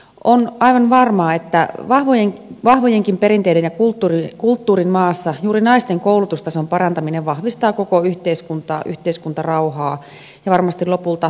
on aivan varmaa että vahvojenkin perinteiden ja kulttuurin maassa juuri naisten koulutustason parantaminen vahvistaa koko yhteiskuntaa yhteiskuntarauhaa ja varmasti lopulta myöskin maan taloutta